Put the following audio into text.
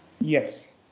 Yes